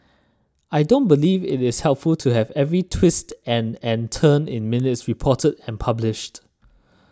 I don't believe it is helpful to have every twist and and turn in minutes reported and published